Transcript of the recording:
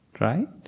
Right